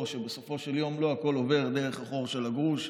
שבסופו של יום לא הכול עובר דרך החור של הגרוש,